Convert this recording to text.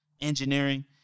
engineering